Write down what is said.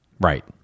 Right